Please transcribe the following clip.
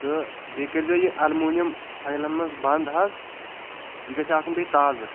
تہٕ بیٚیہِ کٔرۍ زیو یہِ الموٗنیم فیلن منٛز بنٛد حظ یہِ گَسہِ آسُن بیٚیہِ تازٕ